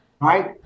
right